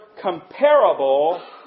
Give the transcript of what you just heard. comparable